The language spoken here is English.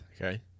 Okay